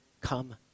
come